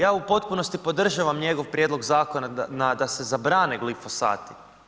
Ja u potpunosti podržavam njegov prijedlog zakona da se zabrane glifosati.